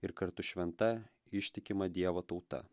ir kartu šventa ištikima dievo tauta